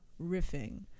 riffing